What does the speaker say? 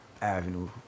avenue